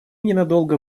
ненадолго